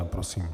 Prosím.